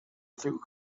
through